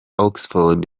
oxford